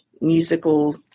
musical